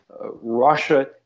Russia